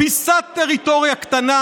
פיסת טריטוריה קטנה,